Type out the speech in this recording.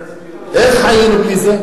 איך חיינו בלי זה?